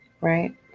right